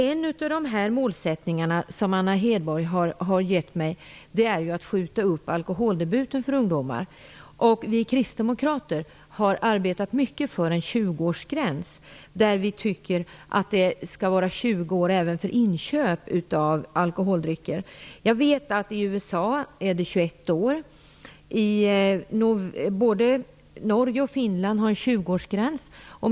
En av de målsättningar som Anna Hedborg angav är att alkoholdebuten för ungdomar skjuts upp. Vi kristdemokrater har arbetat mycket för en 20-årsgräns och tycker att gränsen skall vara 20 år även för inköp av alkoholdrycker. Jag vet att åldersgränsen i USA är 21 år, och både Norge och Finland har en 20 årsgräns.